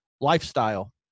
lifestyle